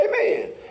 Amen